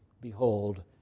behold